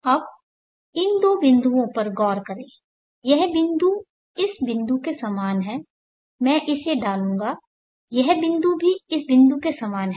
अब इन दो बिंदुओं पर गौर करें यह बिंदु इस बिंदु के समान है मैं इसे डालूंगा यह बिंदु भी इस बिंदु के समान है